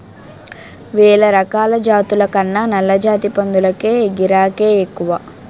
వేలరకాల జాతుల కన్నా నల్లజాతి పందులకే గిరాకే ఎక్కువ